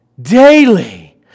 Daily